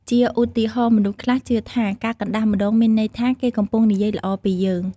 ជាឧទាហរណ៍ មនុស្សខ្លះជឿថា ការកណ្តាស់ម្ដងមានន័យថា គេកំពុងនិយាយល្អពីយើង។